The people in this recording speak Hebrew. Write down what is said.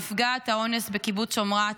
נפגעת האונס מקיבוץ שומרת,